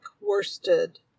Worsted